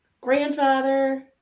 grandfather